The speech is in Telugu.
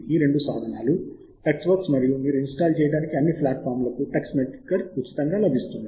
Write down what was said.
ఈ రెండు సాధనాలు టెక్స్వర్క్స్ మరియు మీరు ఇన్స్టాల్ చేయడానికి అన్ని ప్లాట్ఫారమ్లకు టెక్స్మేకర్ ఉచితంగా లభిస్తుంది